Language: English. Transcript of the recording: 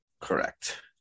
Correct